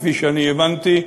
כפי שאני הבנתי,